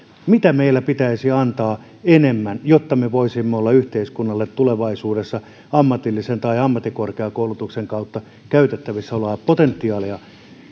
mitä meillä pitäisi antaa enemmän jotta me kaikki voisimme tulevaisuudessa olla yhteiskunnalle ammatillisen tai ammattikorkeakoulutuksen kautta käytettävissä olevaa potentiaalia